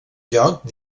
lloc